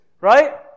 Right